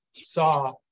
saw